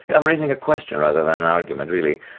i'm raising a question rather than an argument really,